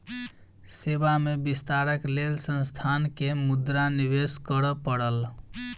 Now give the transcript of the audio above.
सेवा में विस्तारक लेल संस्थान के मुद्रा निवेश करअ पड़ल